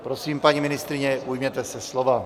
Prosím, paní ministryně, ujměte se slova.